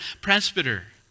presbyter